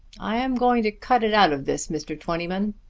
i am going to cut it out of this, mr. twentyman.